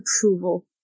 approval